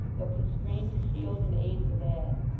though constrained to shield and aid the bad.